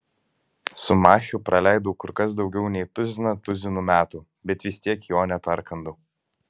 su machiu praleidau kur kas daugiau nei tuziną tuzinų metų bet vis tiek jo neperkandau